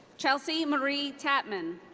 chelsea marie tatman.